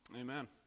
Amen